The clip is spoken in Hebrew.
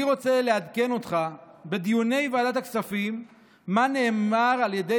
אני רוצה לעדכן אותך מה נאמר על ידי